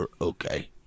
Okay